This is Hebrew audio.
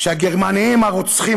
שהגרמנים הרוצחים,